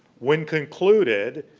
when concluded,